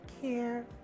care